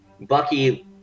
bucky